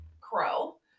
Crow